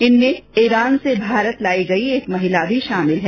इनमें ईरान से भारत लायी गयी एक महिला भी शामिल है